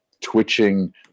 twitching